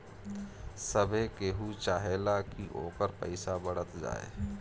सभे केहू चाहेला की ओकर पईसा बढ़त जाए